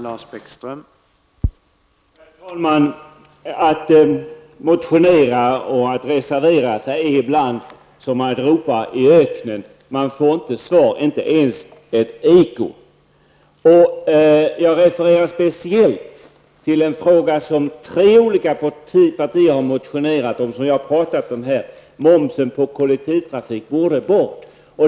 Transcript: Herr talman! Att motionera och att reservera sig är ibland som att ropa i öknen. Man får inte svar, inte ens ett eko. Jag refererar speciellt till en fråga som tre olika partier har motionerat om och som jag har pratat om här. Det är frågan huruvida momsen på kollektivtrafik borde bort.